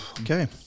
Okay